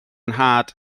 nhad